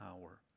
power